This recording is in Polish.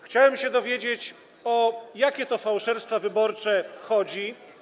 Chciałem się dowiedzieć, o jakie to fałszerstwa wyborcze chodzi.